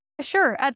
Sure